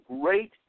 great